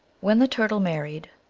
when the turtle married,